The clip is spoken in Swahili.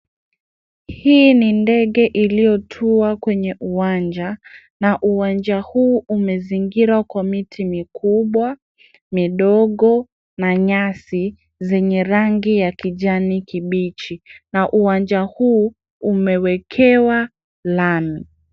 Hii ni ndege iliyotuwa kwenye uwanja, na uwanja huu umezingirwa kwa miti mikubwa, midogo, manyasi zenye rangi ya kijani kibichi na uwanja huu umewekewa lami